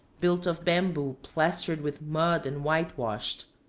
built of bamboo plastered with mud and whitewashed.